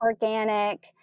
organic